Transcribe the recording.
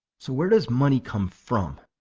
so where does money come from?